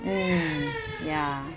mm ya